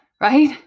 right